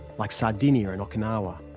like sardinia and okinawa,